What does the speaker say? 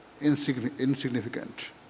insignificant